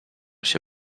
się